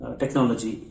technology